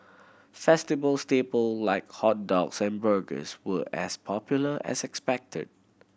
festival staple like hot dogs and burgers were as popular as expected